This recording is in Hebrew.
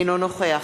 אינו נוכח